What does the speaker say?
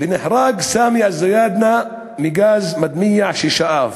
ונהרג סאמי א-זיאדנה מגז מדמיע ששאף.